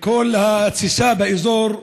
לכל התסיסה באזור,